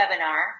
webinar